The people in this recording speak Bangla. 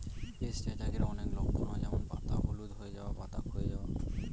পেস্ট অ্যাটাকের অনেক লক্ষণ হয় যেমন পাতা হলুদ হয়ে যাওয়া, পাতা ক্ষয়ে যাওয়া